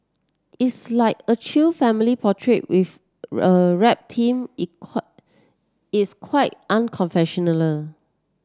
it's like a chill family portrait with a rap theme it's quite